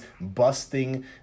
busting